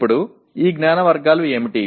ఇప్పుడు ఈ జ్ఞాన వర్గాలు ఏమిటి